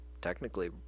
technically